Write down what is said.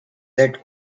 that